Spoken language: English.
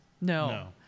no